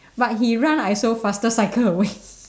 but he run I also faster cycle away